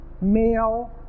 male